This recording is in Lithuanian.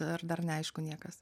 ar dar neaišku niekas